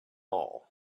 all